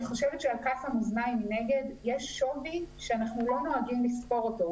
אני חושבת של כף המאזניים מנגד יש שווי שאנחנו לא נוהגים לספור אותו.